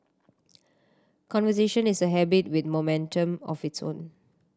conversation is a habit with momentum of its own